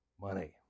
money